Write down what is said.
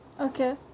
Okay